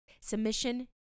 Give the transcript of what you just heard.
Submission